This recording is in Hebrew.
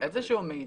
איזשהו מידע.